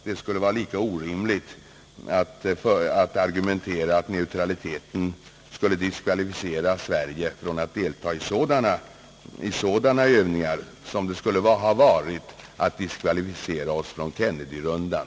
Det skulle vara lika orimligt att argumentera att neutraliteten skulle diskvalificera Sverige från att delta i sådana övningar som det skulle ha varit att diskvalificera oss från Kennedyrundan.